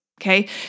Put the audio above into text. okay